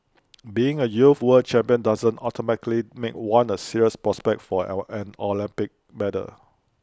being A youth world champion doesn't automatically make one A serious prospect for L an Olympic medal